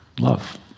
Love